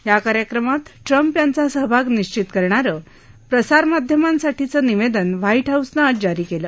या कार्यक्रमात ट्रम्प यांचा सहभाग निश्चित करणारं प्रसारमाध्यमांसाठीचं निवेदन व्हाईट हाऊसनं आज जारी केलं